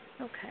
Okay